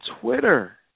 Twitter